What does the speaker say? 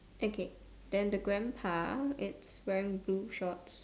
okay then the grandpa it's wearing blue shorts